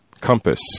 compass